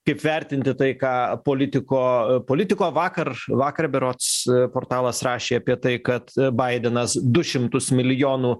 kaip vertinti tai ką politiko politiko vakar vakar berods portalas rašė apie tai kad baidenas du šimtus milijonų